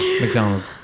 McDonald's